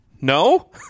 No